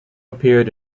appeared